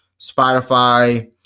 Spotify